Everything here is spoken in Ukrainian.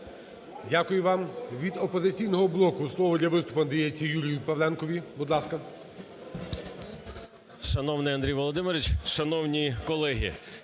Дякую вам. Від "Опозиційного блоку" слово для виступу надається Юрію Павленкові. Будь ласка.